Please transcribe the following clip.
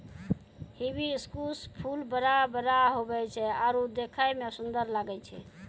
hibiscus फूल बड़ा बड़ा हुवै छै आरु देखै मे सुन्दर लागै छै